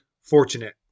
fortunate